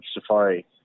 safari